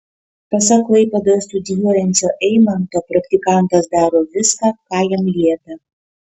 pasak klaipėdoje studijuojančio eimanto praktikantas daro viską ką jam liepia